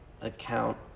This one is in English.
account